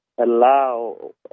allow